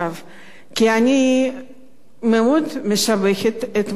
כי אני מאוד משבחת את מס היסף.